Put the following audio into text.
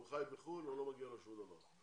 הוא חי בחו"ל ולא מגיע לו שום דבר.